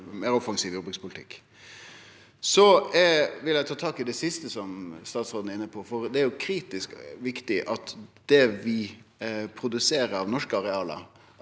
meir offensiv jordbrukspolitikk. Eg vil ta tak i det siste som statsråden var inne på, for det er kritisk viktig at det vi produserer på norske areal,